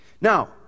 Now